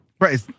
Right